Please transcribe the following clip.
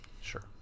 Sure